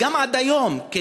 וגם עד היום,